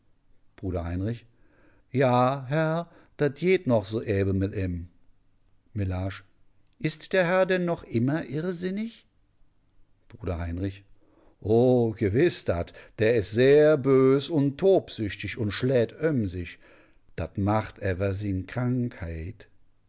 bruder heinrich ja häer dat jet noch so eebe met äm mellage ist der herr denn noch immer irrsinnig bruder heinrich o geweß dat dä es sehr bös un tobsüchtig un schlät öm sich dat macht äwwer sin krankheit